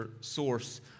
source